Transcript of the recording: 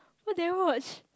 what did I watch